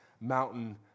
mountain